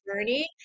journey